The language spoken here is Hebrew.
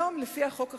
לפי החוק החדש,